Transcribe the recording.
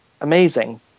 amazing